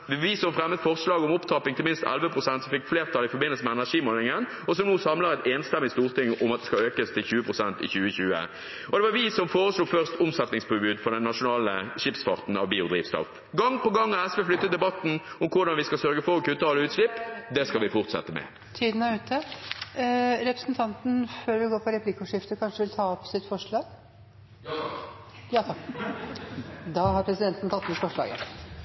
om opptrapping til minst 11 pst., som fikk flertall i forbindelse med energimeldingen, og som nå samler et enstemmig storting om en økning til 20 pst. i 2020. Det var vi som først foreslo et omsetningspåbud på biodrivstoff for den nasjonale skipsfarten. Gang på gang har SV flyttet debatten om hvordan vi skal sørge for å kutte alle utslipp. Det skal vi fortsette med. Jeg tar opp SVs forslag. Representanten